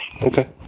Okay